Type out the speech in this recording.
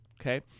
okay